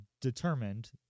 determined